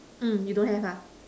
mm you don't have ah